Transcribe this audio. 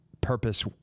purpose